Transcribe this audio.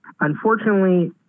Unfortunately